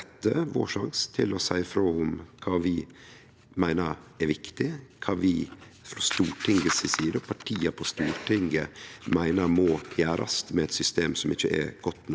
er dette vår sjanse til å seie frå om kva vi meiner er viktig, og kva vi frå Stortingets side, partia på Stortinget, meiner må gjerast med eit system som ikkje er godt nok